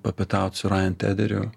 papietaut su rajen tederiu